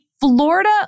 Florida